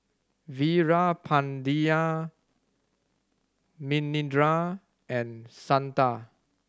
Veerapandiya Manindra and Santha